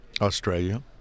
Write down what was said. Australia